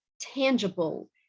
tangible